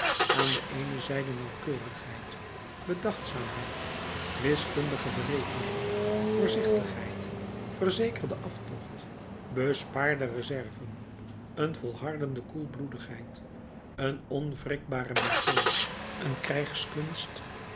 aan de eene zijde nauwkeurigheid bedachtzaamheid wiskundige berekening voorzichtigheid verzekerde aftocht bespaarde reserven een volhardende koelbloedigheid een onwrikbare methode een